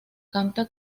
canta